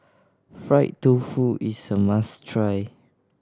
fried tofu is a must try